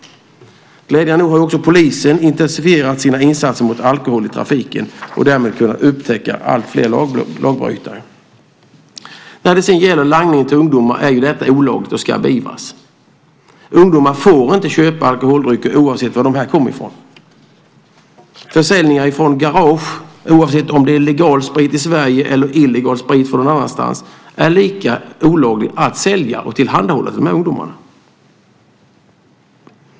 Glädjande nog har också polisen intensifierat sina insatser mot alkohol i trafiken och därmed kunnat upptäcka alltfler lagbrytare. Langning till ungdomar är olagligt och ska beivras. Ungdomar får inte köpa alkoholdrycker oavsett varifrån dessa kommer. När det gäller försäljning från garage, oavsett om det är legal sprit i Sverige eller om det är illegal sprit från någon annanstans, är det lika olovligt att sälja som det är att tillhandahålla ungdomar sprit.